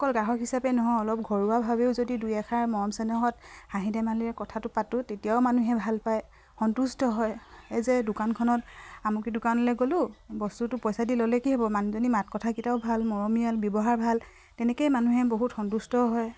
অকল গ্ৰাহক হিচাপে নহয় অলপ ঘৰুৱাভাৱেও যদি দুই এষাৰ মৰম চেনেহত হাঁহি ধেমালিৰে কথাটো পাতোঁ তেতিয়াও মানুহে ভাল পায় সন্তুষ্ট হয় এই যে দোকানখনত আমুকী দোকানলে গ'লো বস্তুটো পইচা দি ল'লে কি হ'ব মানুজনী মাত কথাাকিটাও ভাল মৰমিয়াল ব্যৱহাৰ ভাল তেনেকেই মানুহে বহুত সন্তুষ্ট হয়